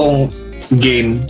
game